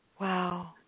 Wow